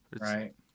right